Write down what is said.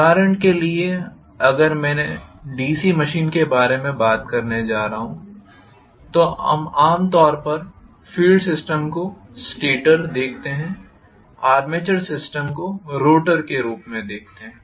उदाहरण के लिए अगर मैं डीसी मशीन के बारे में बात करने जा रहा हूं तो आमतौर पर हम फील्ड सिस्टम को स्टेटर देखते है आर्मेचर सिस्टम को रोटर के रूप में देखते है